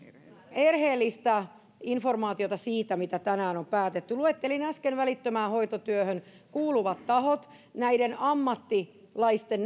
erheellistä informaatiota siitä mitä tänään on päätetty luettelin äsken välittömään hoitotyöhön kuuluvat tahot näiden ammattilaisten